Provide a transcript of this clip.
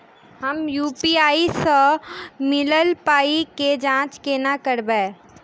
हम यु.पी.आई सअ मिलल पाई केँ जाँच केना करबै?